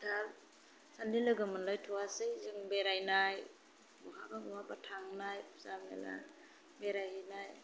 दा सानैजों लोगो मोनलायथ'आसै जों बेरायनाय बहाबा बहाबा थांनाय फुजा मेला बेरायहैनाय